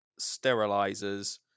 sterilizers